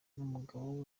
n’umugabo